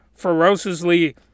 ferociously